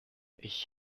ich